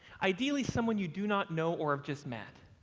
ideally, someone you do not know or have just met.